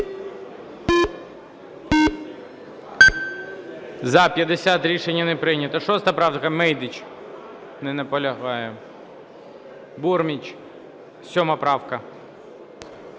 За-50 Рішення не прийнято. Шоста правка, Мейдич. Не наполягає. Бурміч. Сьома правка.